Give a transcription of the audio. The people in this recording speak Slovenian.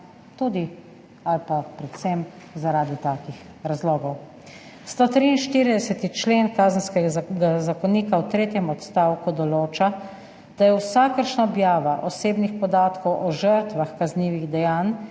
tudi ali pa predvsem zaradi takih razlogov. 143. člen Kazenskega zakonika v tretjem odstavku določa, da je vsakršna objava osebnih podatkov o žrtvah kaznivih dejanj,